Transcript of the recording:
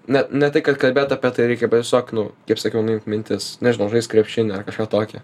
ne ne tai kad kalbėt apie tai reikia bet tiesiog nu kaip sakiau nuimk mintis nežinau žaisk krepšinį ar kažką tokio